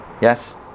Yes